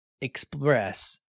express